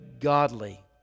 godly